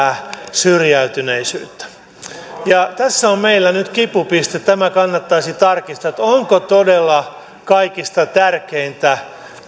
syrjäytyneisyyttä tässä on meillä nyt kipupiste tämä kannattaisi tarkistaa onko todella kaikista tärkeintä